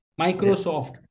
Microsoft